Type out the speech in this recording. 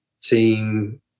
Team